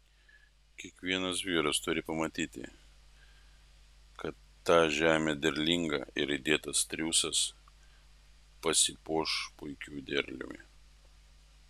kiekvienas vyras turi pamatyti kad ta žemė derlinga ir įdėtas triūsas pasipuoš puikiu derliumi